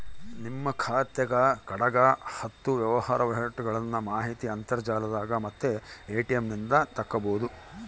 ನಿಮ್ಮ ಖಾತೆಗ ಕಡೆಗ ಹತ್ತು ವ್ಯವಹಾರ ವಹಿವಾಟುಗಳ್ನ ಮಾಹಿತಿ ಅಂತರ್ಜಾಲದಾಗ ಮತ್ತೆ ಎ.ಟಿ.ಎಂ ನಿಂದ ತಕ್ಕಬೊದು